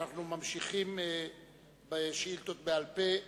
אנחנו ממשיכים עם שאילתות בעל-פה.